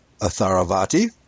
Atharavati